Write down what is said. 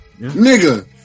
Nigga